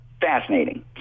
fascinating